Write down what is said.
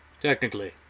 Technically